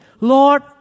Lord